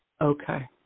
Okay